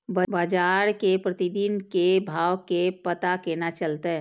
बजार के प्रतिदिन के भाव के पता केना चलते?